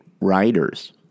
writers